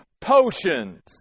potions